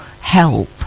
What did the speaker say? help